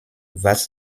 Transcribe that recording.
was